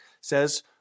says